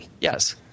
yes